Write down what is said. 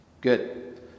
Good